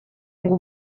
ngo